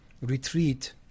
Retreat